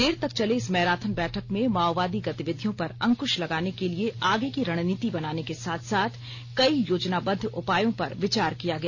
देर तक चले इस मैराथन बैठक में माओवादी गतिविधियों पर अंक्श लगाने के लिए आगे की रणनीति बनाने के साथ साथ कई योजनाबद्व उपायों पर विचार किया गया